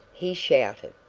he shouted.